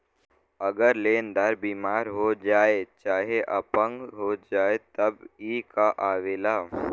अगर लेन्दार बिमार हो जाए चाहे अपंग हो जाए तब ई कां आवेला